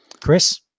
Chris